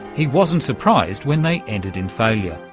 he wasn't surprised when they ended in failure.